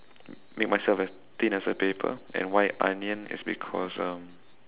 make myself as a thin as a paper and why onion is because um